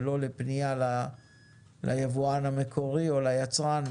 ולא לפנייה ליבואן המקורי או ליצרן.